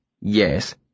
Yes